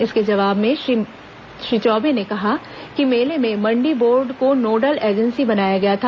इसके जवाब में मंत्री श्री चौबे ने कहा कि मेले में मण्डी बोर्ड को नोडल एजेंसी बनाया गया था